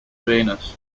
venus